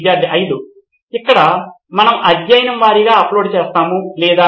విద్యార్థి 5 ఇక్కడ మనం అధ్యాయం వారీగా అప్లోడ్ చేస్తాము లేదా